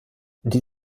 die